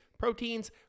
Proteins